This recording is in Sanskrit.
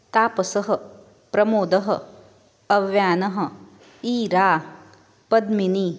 तापसः प्रमोदः अव्यानः ईरा पद्मिनी